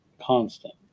constant